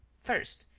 first,